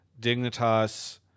Dignitas